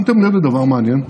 שמתם לב לדבר מעניין?